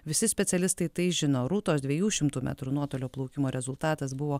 visi specialistai tai žino rūtos dviejų šimtų metrų nuotolio plaukimo rezultatas buvo